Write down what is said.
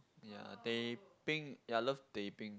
ya teh-peng ya I love teh-peng